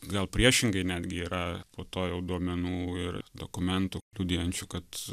gal priešingai netgi yra po to jau duomenų ir dokumentų liudijančių kad